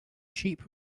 sheep